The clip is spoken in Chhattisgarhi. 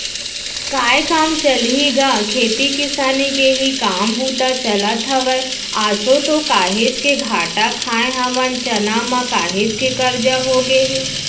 काय काम चलही गा खेती किसानी के ही काम बूता चलत हवय, आसो तो काहेच के घाटा खाय हवन चना म, काहेच के करजा होगे हे